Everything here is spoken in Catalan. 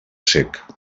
cec